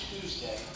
Tuesday